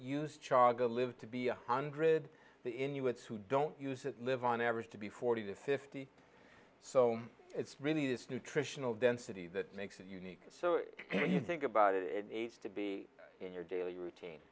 use char go live to be one hundred in us who don't use it live on average to be forty to fifty so it's really it's nutritional density that makes it unique so if you think about it needs to be in your daily routine